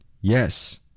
Yes